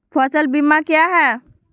फ़सल बीमा क्या है?